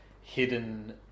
hidden